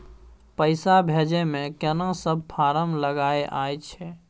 पैसा भेजै मे केना सब फारम लागय अएछ?